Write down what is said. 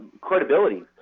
credibility